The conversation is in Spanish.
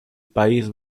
país